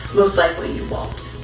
most likely you won't.